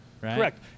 Correct